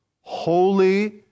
holy